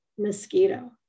mosquito